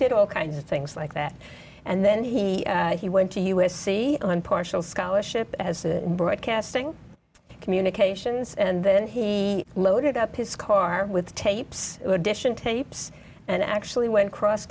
did all kinds of things like that and then he he went to u s c on partial scholarship as to broadcasting communications and then he loaded up his car with tapes edition tapes and actually went cross